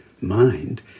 mind